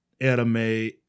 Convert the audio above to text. anime